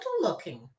looking